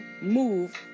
move